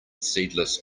seedless